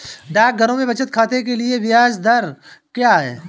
डाकघरों में बचत खाते के लिए ब्याज दर क्या है?